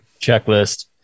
Checklist